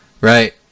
Right